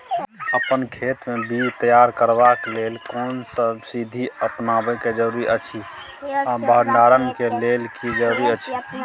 अपन खेत मे बीज तैयार करबाक के लेल कोनसब बीधी अपनाबैक जरूरी अछि आ भंडारण के लेल की जरूरी अछि?